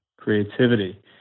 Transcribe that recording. creativity